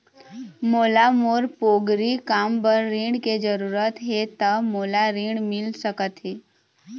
मोला मोर पोगरी काम बर ऋण के जरूरत हे ता मोला ऋण मिल सकत हे?